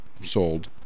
sold